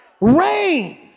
rain